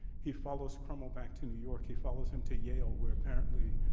he follows crummell back to new york. he follows him to yale, where apparently,